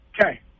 Okay